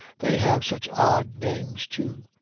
they have such odd names, too.